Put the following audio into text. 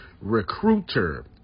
Recruiter